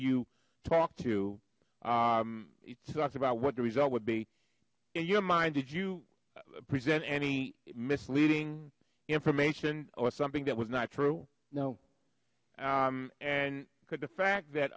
you talk to arm it's not about what the result would be in your mind did you present any misleading information or something that was not true no i'm and the fact that